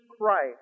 Christ